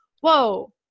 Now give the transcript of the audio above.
Whoa